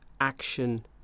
action